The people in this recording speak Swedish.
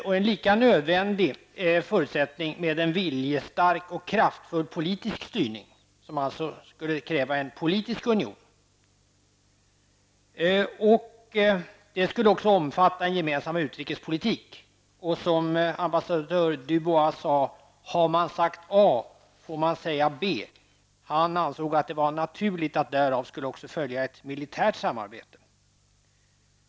Och en lika nödvändig förutsättning är en viljestark och kraftfull politisk styrning, vilket alltså skulle kräva en politisk union. Det skulle också innefatta en gemensam utrikespolitik. Och som ambassadör Dubois sade, har man sagt A får man säga B. Han ansåg att det var naturligt att det därav även skulle följa ett militärt samarbete.